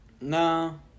No